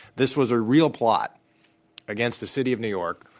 this was a real plot against the city of new york,